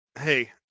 hey